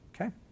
Okay